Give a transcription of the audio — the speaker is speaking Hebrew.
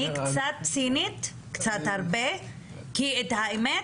אני קצת צינית כי את האמת,